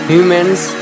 Humans